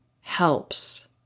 helps